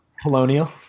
Colonial